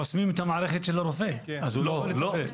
חוסמים את המערכת של הרופא, אז הוא לא יכול לטפל.